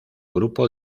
grupo